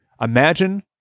Imagine